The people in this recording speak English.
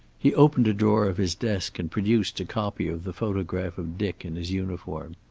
he opened a drawer of his desk and produced a copy of the photograph of dick in his uniform.